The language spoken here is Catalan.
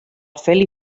feli